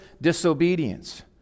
disobedience